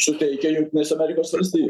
suteikia jungtinės amerikos valstijos